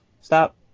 stop